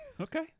Okay